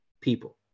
people